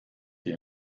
die